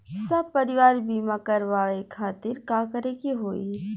सपरिवार बीमा करवावे खातिर का करे के होई?